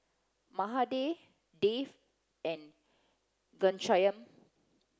Mahade Dev and Ghanshyam